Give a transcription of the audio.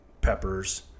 peppers